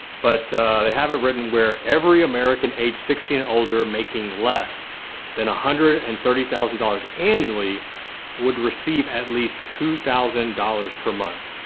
but they have it written where every american age sixteen and older making less than one ah hundred and thirty thousand dollars annually would receive at least two thousand dollars per month.